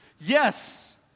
Yes